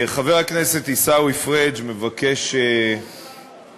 חבר הכנסת עיסאווי פריג' מבקש להקים